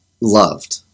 loved